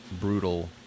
brutal